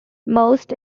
most